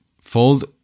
fold